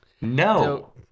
No